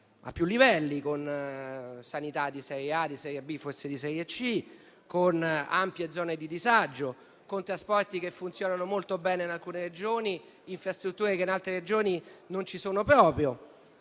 a più livelli, con sanità di serie A, di serie B e forse di serie C, con ampie zone di disagio, con trasporti che funzionano molto bene in alcune Regioni e infrastrutture che in altre non ci sono proprio;